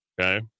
okay